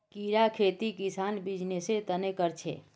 कीड़ार खेती किसान बीजनिस्सेर तने कर छे